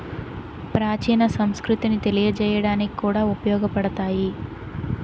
ప్రాచీన సంస్కృతిని తెలియజేయడానికి కూడా ఉపయోగపడతాయి